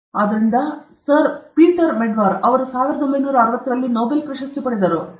ಆದ್ದರಿಂದ sir Peter Medawar ಅವರು 1960 ರಲ್ಲಿ ನೊಬೆಲ್ ಪ್ರಶಸ್ತಿ ಪಡೆದರು